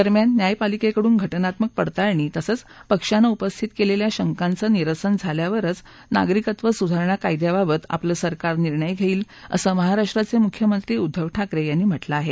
दरम्यान न्यायपालिकेकडून घटनात्मक पडताळणी तसंच पक्षानं उपस्थित केलेल्या शंकाचं निरसन झाल्यावरच नागरिकत्व सुधारणा कायद्याबाबत आपलं सरकार निर्णय घेईल असं महाराष्ट्राचे मुख्यमंत्री उद्दव ठाकरे यांनी म्हटलं आहे